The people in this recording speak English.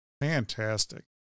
Fantastic